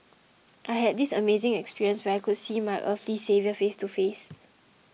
I had this amazing experience where I could see my earthly saviour face to face